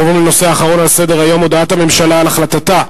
אנחנו עוברים לנושא האחרון על סדר-היום: הודעת הממשלה על החלטתה,